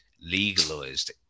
legalized